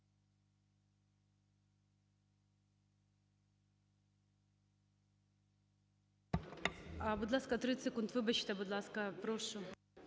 Будь ласка, 30 секунд. Вибачте, будь ласка, прошу.